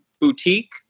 boutique